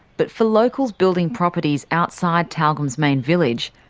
but for locals building properties outside tyalgum's main village,